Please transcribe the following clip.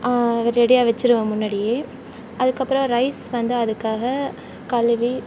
ரெடியாக வெச்சுருவேன் முன்னாடியே அதுக்கப்புறம் ரைஸ் வந்து அதுக்காக கழுவி